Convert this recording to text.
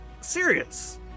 serious